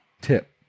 tip